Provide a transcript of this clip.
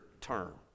term